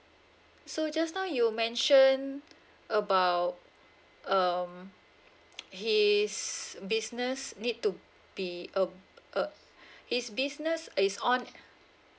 so just now you mentioned about um his business need to be uh uh his business is on